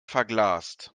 verglast